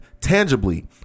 tangibly